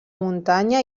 muntanya